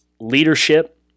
Leadership